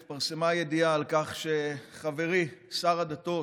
התפרסמה ידיעה על כך שחברי שר הדתות,